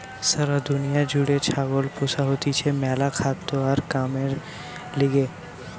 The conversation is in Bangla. সারা দুনিয়া জুড়ে ছাগল পোষা হতিছে ম্যালা খাদ্য আর কামের লিগে